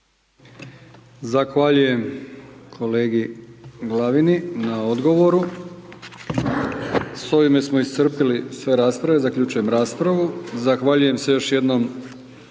Zahvaljujem kolegi Glavini na odgovoru. S ovime smo iscrpili sve rasprave, zaključujem raspravu. Zahvaljujem se još jednom